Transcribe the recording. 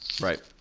Right